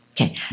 Okay